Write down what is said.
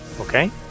Okay